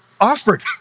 offered